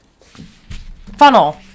Funnel